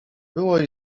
było